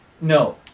No